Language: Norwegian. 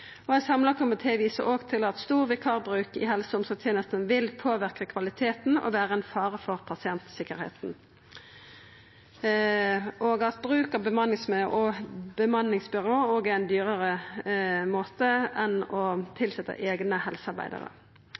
Ein samla komité viser òg til at stor vikarbruk i helse- og omsorgstenestene vil påverka kvaliteten og vera ein fare for pasientsikkerheita, og at bruk av bemanningsbyrå òg er dyrare enn å tilsetja eigne helsearbeidarar.